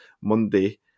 Monday